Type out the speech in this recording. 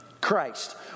Christ